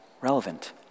relevant